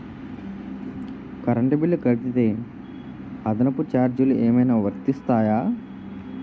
Current bill కడితే అదనపు ఛార్జీలు ఏమైనా వర్తిస్తాయా?